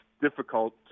difficult